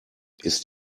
ist